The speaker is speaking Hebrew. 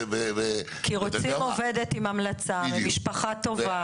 כי רוצים עובדת עם המלצה ממשפחה טובה.